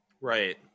Right